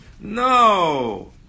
No